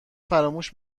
فراموش